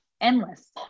Endless